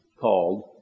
called